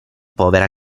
povera